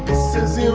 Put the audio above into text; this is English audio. says,